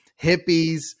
hippies